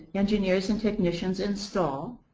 engineers and technicians install,